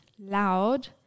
loud